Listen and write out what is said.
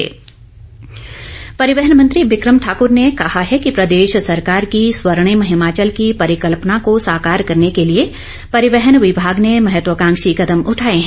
become Thakur परिवहन मंत्री बिक्रम ठाकूर ने कहा है कि प्रदेश सरकार की स्वर्णिम हिमाचल की परिकल्पना को साकार करने के लिए परिवहन विभाग ने महत्वकांक्षी कदम उठाए हैं